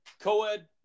co-ed